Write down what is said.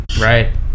Right